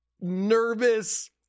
nervous